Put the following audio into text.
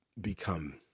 become